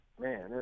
man